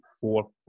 four